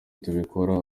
tubikora